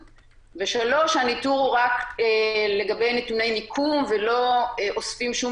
(3) הניטור הוא רק לגבי נתוני מיקום ולא אוספים שום